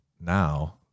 Now